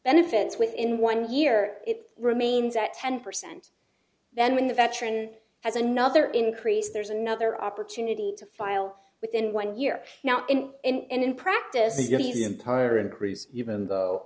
benefits within one year it remains at ten percent then when the veteran has another increase there's another opportunity to file within one year now and in practice they give you the entire increase even though